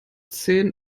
zehn